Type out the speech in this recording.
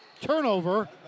Turnover